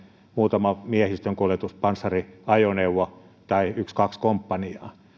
muutama miehistönkuljetuspanssariajoneuvo tai yksi kaksi komppaniaa minä